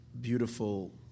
beautiful